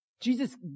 Jesus